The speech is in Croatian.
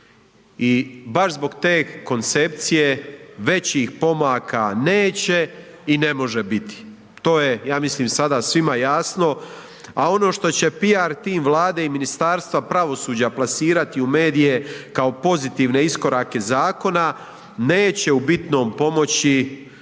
i baš zbog te koncepcije većih pomaka neće i ne može biti, to je ja mislim sada svima jasno, a ono što će PR tim Vlade i Ministarstva pravosuđa plasirati u medije kao pozitivne iskorake zakona neće u bitnom pomoći